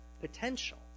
potential